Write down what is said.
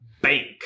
bank